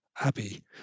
abbey